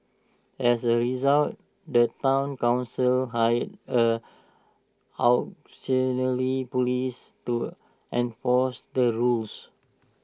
as A result the Town Council hired A auxiliary Police to enforce the rules